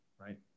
right